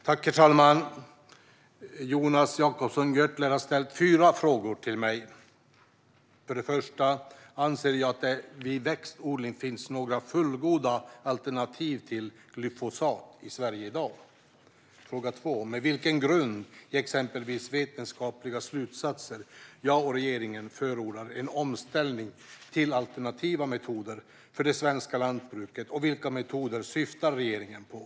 Herr talman! Jonas Jacobsson Gjörtler har ställt fyra frågor till mig: Anser ministern att det vid växtodling finns några fullgoda alternativ till glyfosat i Sverige i dag? Med vilken grund, i exempelvis vetenskapliga slutsatser, förordar ministern och regeringen en omställning till alternativa metoder för det svenska lantbruket, och vilka metoder syftar regeringen på?